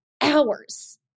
hours